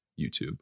YouTube